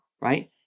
Right